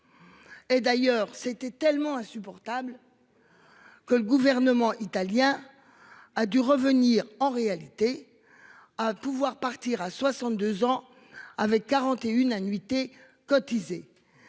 Et d'ailleurs c'était tellement insupportable. Que le gouvernement italien a dû revenir en réalité à pouvoir partir à 62 ans avec 41 annuités cotisées.